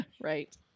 Right